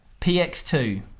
PX2